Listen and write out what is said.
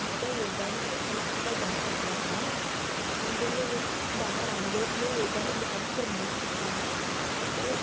ਜਿਸ ਦਾ ਯੋਗਾ ਦੇ ਨਾਲ ਹੱਲ ਕੀਤਾ ਜਾ ਸਕਦਾ ਹੈ ਇੰਡੀਆ ਦੇ ਵਿੱਚ ਬਾਬਾ ਰਾਮਦੇਵ ਨੇ ਯੋਗਾ ਨੂੰ ਬਹੁਤ ਹੀ ਪ੍ਰਮੋਟ ਕੀਤਾ ਹੈ ਅਤੇ